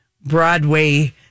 Broadway